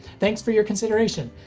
thanks for your consideration,